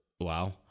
wow